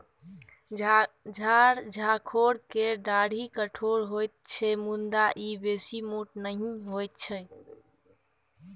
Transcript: झार झंखोर केर डाढ़ि कठोर होइत छै मुदा ई बेसी मोट नहि होइत छै